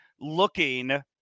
looking